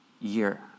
year